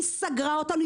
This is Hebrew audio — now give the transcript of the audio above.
היא סגרה אותנו.